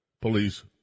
police